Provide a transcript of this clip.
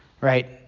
right